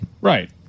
Right